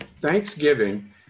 Thanksgiving